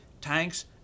tanks